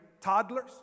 toddlers